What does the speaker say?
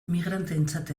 migranteentzat